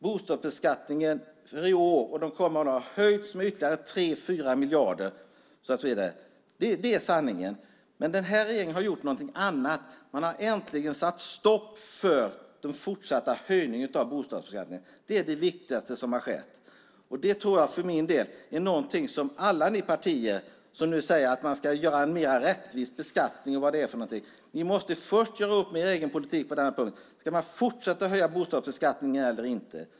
Det var inte så att man ville ändra på något, även om det står så i Socialdemokraternas särskilda yttrande till finansutskottet. Det är sanningen. Men regeringen har gjort något annat. Man har äntligen satt stopp för den fortsatta höjningen av bostadsbeskattningen. Det är det viktigaste som har skett. De partier som nu säger att man ska ha en mer rättvis beskattning måste först göra upp med sin egen politik på den punkten. Ska man fortsätta höja bostadsbeskattningen eller inte?